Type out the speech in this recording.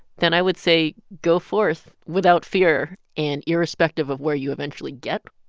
then i would say, go forth without fear. and irrespective of where you eventually get,